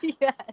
Yes